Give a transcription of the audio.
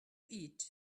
eat